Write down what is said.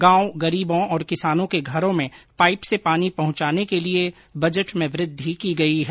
गांव गरीबों और किसानों के घरों में पाइप से पानी पहुंचाने के लिए बजट में वृद्धि की गई है